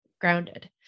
grounded